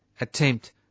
attempt